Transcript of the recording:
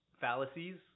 fallacies